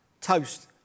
toast